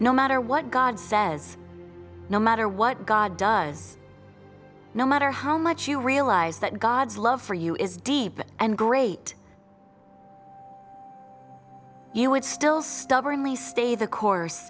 no matter what god says no matter what god does no matter how much you realize that god's love for you is deep and great you would still stubbornly stay the course